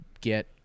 get